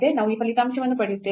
ನಾವು ಈ ಫಲಿತಾಂಶವನ್ನು ಪಡೆಯುತ್ತೇವೆ